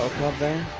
club there,